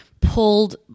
pulled